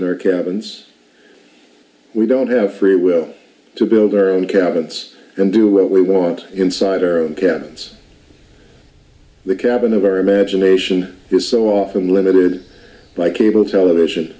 in our cabins we don't have free will to build our own cabinets and do what we want inside our own cabins the cabin of our imagination is so often limited by cable television